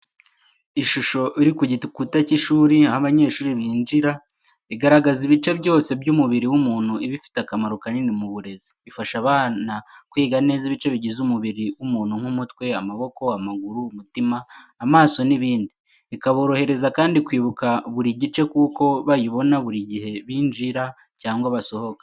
Ishusho iri ku gikuta cy’ishuri aho abanyeshuri binjirira igaragaza ibice byose by’umubiri w’umuntu iba ifite akamaro kanini mu burezi. Ifasha abana kwiga neza ibice bigize umubiri w'umuntu nk'umutwe, amaboko, amaguru, umutima, amaso n’ibindi. Ikaborohereza kandi kwibuka buri gice kuko bayibona buri gihe binjira cyangwa basohoka.